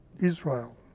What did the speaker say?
Israel